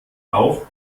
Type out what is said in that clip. auch